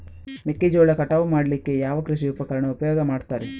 ಮೆಕ್ಕೆಜೋಳ ಕಟಾವು ಮಾಡ್ಲಿಕ್ಕೆ ಯಾವ ಕೃಷಿ ಉಪಕರಣ ಉಪಯೋಗ ಮಾಡ್ತಾರೆ?